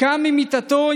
קם ממיטתו,